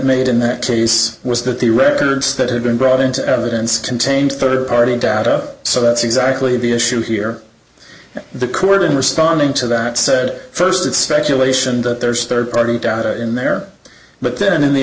made in that case was that the records that had been brought into evidence contained third party data so that's exactly the issue here the court in responding to that said first it's speculation that there's third party in there but then in the